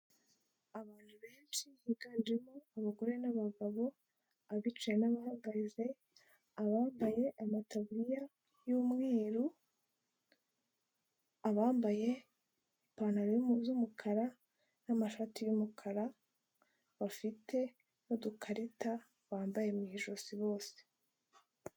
Abantu benshi biganjemo abagore n'abagabo, abicaye n'abahagarize, abambaye amataburiya y'umweru, abambaye ipantaro z'umukara n'amashati y'umukara bafite n'udukarita bambaye mu ijosi bose.